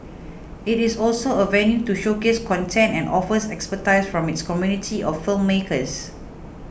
it is also a venue to showcase content and offers expertise from its community of filmmakers